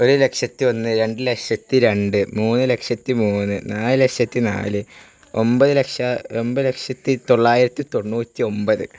ഒരു ലക്ഷത്തി ഒന്ന് രണ്ട് ലക്ഷത്തി രണ്ട് മൂന്ന് ലക്ഷത്തി മൂന്ന് നാല് ലക്ഷത്തി നാല് ഒമ്പത് ലക്ഷത്തി തൊള്ളായിരത്തി തൊണ്ണൂറ്റി ഒമ്പത്